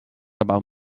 about